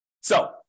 so-